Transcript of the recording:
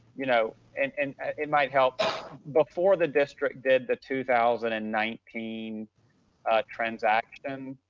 you know, and and it might help before the district did the two thousand and nineteen transaction,